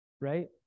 right